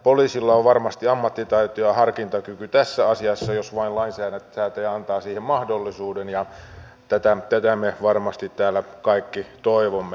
poliisilla on varmasti ammattitaito ja harkintakyky tässä asiassa jos vain lainsäätäjä antaa siihen mahdollisuuden ja tätä me varmasti täällä kaikki toivomme